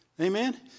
Amen